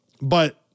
But-